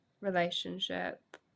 relationship